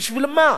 בשביל מה?